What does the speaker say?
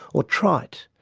or trite,